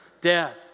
Death